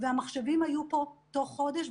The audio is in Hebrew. והמחשבים היו פה תוך חודש,